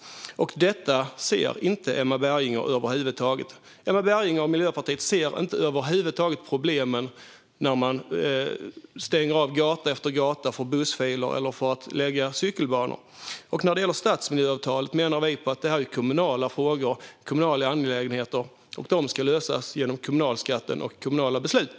Detta ser inte Emma Berginger över huvud taget. Emma Berginger och Miljöpartiet ser över huvud taget inte problemen med att stänga av gata efter gata för bussfiler eller för att anlägga cykelbanor. När det gäller stadsmiljöavtalet menar vi att detta är kommunala angelägenheter som ska lösas genom kommunalskatten och kommunala beslut.